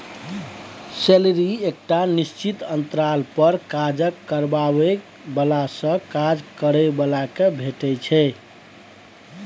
salary एकटा निश्चित अंतराल पर काज करबाबै बलासँ काज करय बला केँ भेटै छै